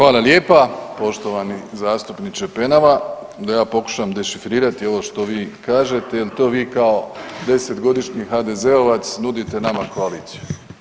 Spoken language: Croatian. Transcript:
Hvala lijepa poštovani zastupniče Penava da ja pokušam dešifrirati ovo što vi kažete, jel to vi kao 10-godišnji HDZ-ovac nudite nama koaliciju.